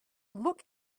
look